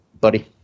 Buddy